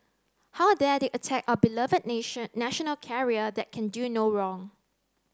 how dare they attack our beloved nation national carrier that can do no wrong